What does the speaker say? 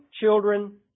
children